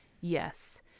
Yes